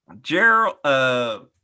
Gerald